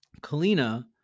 Kalina